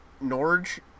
Norge